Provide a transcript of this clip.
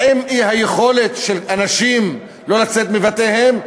האם האי-יכולת של אנשים לצאת מבתיהם?